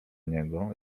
niego